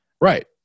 right